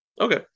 Okay